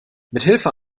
mithilfe